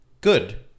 Good